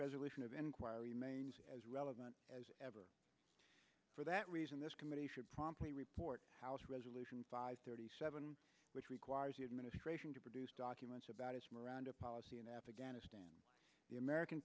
resolution of an quire remains as relevant as ever for that reason this committee should promptly report house resolution five thirty seven which requires the administration to produce documents about its miranda policy in afghanistan the american